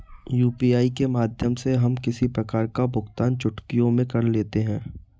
UPI के माध्यम से हम किसी प्रकार का भुगतान चुटकियों में कर लेते हैं